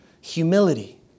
Humility